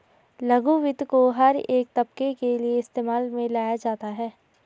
लघु वित्त को हर एक तबके के लिये इस्तेमाल में लाया जाता है